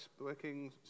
working